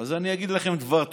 אני אגיד לכם דבר תורה,